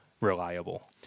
reliable